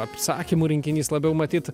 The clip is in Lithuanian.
apsakymų rinkinys labiau matyt